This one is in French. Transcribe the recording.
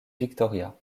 victoria